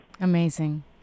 Amazing